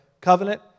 covenant